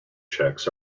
checks